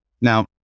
Now